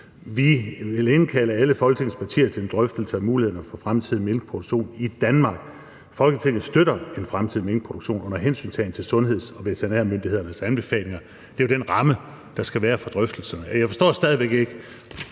at indkalde alle Folketingets partier til drøftelse af mulighederne for fremtidig minkproduktion i Danmark. Folketinget støtter en fremtidig minkproduktion under hensyntagen til sundheds- og veterinærmyndighedernes anbefalinger.« Det er jo den ramme, der skal være for drøftelserne. Jeg forstår stadig væk ikke,